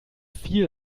viel